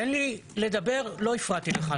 תן לי לדבר, לא הפרעתי לך.